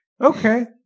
Okay